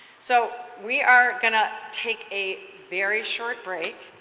so we are going to take a very short break.